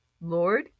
Lord